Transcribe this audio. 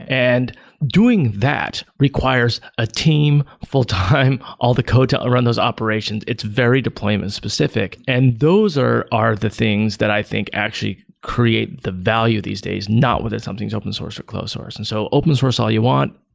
and doing that requires a team full time all the code to run those operations. it's very deployment specific, and those are the things that i think actually create the value these days, not whether something is open source or close source. and so open source all you want.